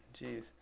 Jeez